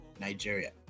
nigeria